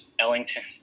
Ellington